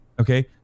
Okay